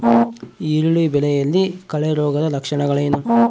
ಈರುಳ್ಳಿ ಬೆಳೆಯಲ್ಲಿ ಕೊಳೆರೋಗದ ಲಕ್ಷಣಗಳೇನು?